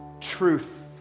truth